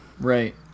Right